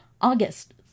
August